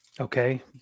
Okay